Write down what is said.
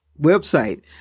website